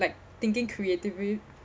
like thinking creatively